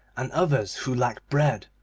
and others who lack bread.